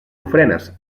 ofrenes